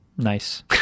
Nice